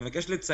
אני מבקש לציין,